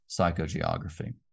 psychogeography